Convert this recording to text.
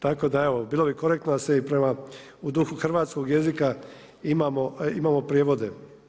Tako da evo, bilo bi korektno, da se i prema u duhu hrvatskog jezika, imamo prijevode.